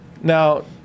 Now